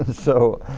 so